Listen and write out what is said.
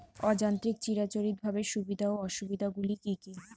অযান্ত্রিক চিরাচরিতভাবে সুবিধা ও অসুবিধা গুলি কি কি?